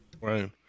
right